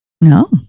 No